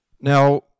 Now